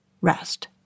rest